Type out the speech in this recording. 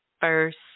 first